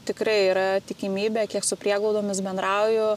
tikrai yra tikimybė kiek su prieglaudomis bendrauju